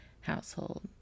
household